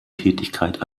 tätigkeit